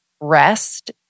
rest